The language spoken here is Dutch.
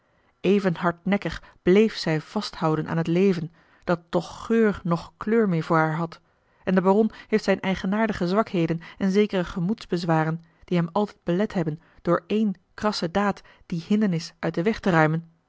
even hardnekkig bleef zij vasthouden aan het leven dat toch geur noch kleur meer voor haar had en de baron heeft zijne eigenaardige zwakheden en zekere gemoedsbezwaren die hem altijd belet hebben door ééne krasse daad die hindernis uit den weg te ruimen